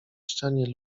ścianie